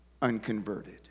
Unconverted